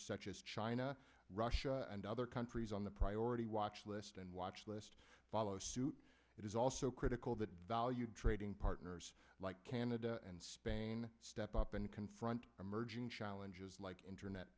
such as china russia and other countries on the priority watch list and watch list follow suit it is also critical that value trading partners like canada and spain step up and confront emerging challenges like internet